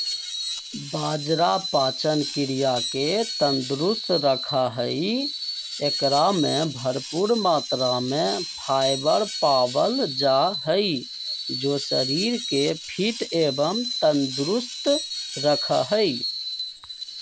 बाजरा पाचन क्रिया के तंदुरुस्त रखा हई, एकरा में भरपूर मात्रा में फाइबर पावल जा हई जो शरीर के फिट एवं तंदुरुस्त रखा हई